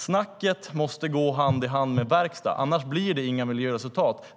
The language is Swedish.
Snacket måste gå hand i hand med verkstad, annars blir det inga miljöresultat.